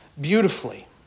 beautifully